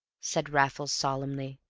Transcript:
said raffles, solemnly.